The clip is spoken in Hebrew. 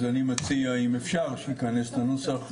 אז אני מציע אם אפשר שנכנס לנוסח.